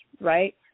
right